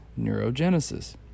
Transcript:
neurogenesis